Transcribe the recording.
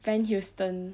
Van Houten